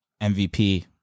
MVP